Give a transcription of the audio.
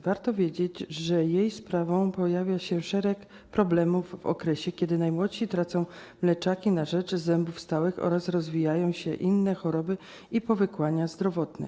Warto wiedzieć, że za jej sprawą pojawia się szereg problemów w okresie, kiedy najmłodsi tracą mleczaki na rzecz zębów stałych, oraz rozwijają się inne choroby i powikłania zdrowotne.